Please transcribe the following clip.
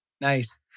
Nice